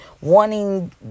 wanting